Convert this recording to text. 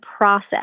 process